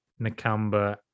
Nakamba